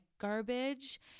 garbage